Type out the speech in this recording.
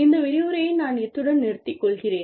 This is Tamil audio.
இந்த விரிவுரையை நான் இத்துடன் நிறுத்திக்கொள்கிறேன்